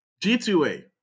G2A